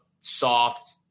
soft